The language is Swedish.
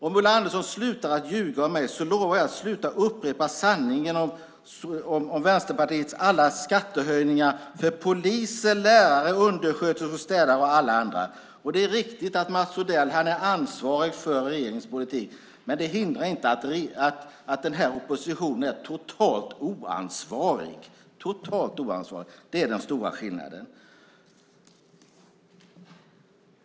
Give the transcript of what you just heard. Om Ulla Andersson slutar att ljuga om mig lovar jag att sluta upprepa sanningen om Vänsterpartiets alla skattehöjningar för poliser, lärare, undersköterskor, städare och alla andra. Det är riktigt att Mats Odell är ansvarig för regeringens politik. Det hindrar inte att den här oppositionen är totalt oansvarig, totalt oansvarig. Det är den stora skillnaden.